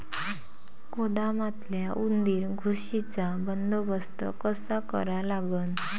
गोदामातल्या उंदीर, घुशीचा बंदोबस्त कसा करा लागन?